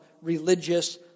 religious